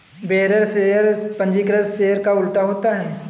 bearer share पंजीकृत share का उल्टा होता है